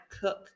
cook